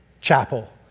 chapel